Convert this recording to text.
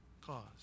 cause